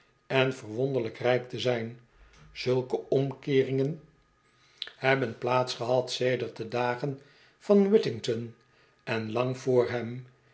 en verwonderlijk rijk te zijn zulke omkeeringen hebben plaats gehad sedert de dagen van whittington en lang vr hem